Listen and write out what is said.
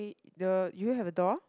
the you have a door